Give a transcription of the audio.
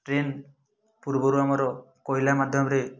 train ପୁର୍ବରୁ ଆମର କୋଇଲା ମାଧ୍ୟମରେ